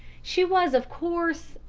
she was, of course,